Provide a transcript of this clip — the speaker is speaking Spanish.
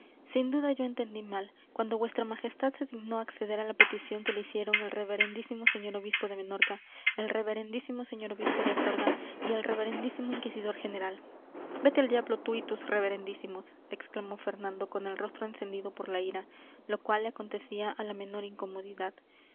sin duda yo entendí mal cuando vuestra majestad se dignó acceder a la petición que le hicieron el reverendísimo señor obispo de menorca el reverendísimo señor obispo de astorga y el reverendísimo inquisidor general vete al diablo tú y tus reverendísimos exclamó fernando con el rostro encendido por la ira lo cual le acontecía a la menor incomodidad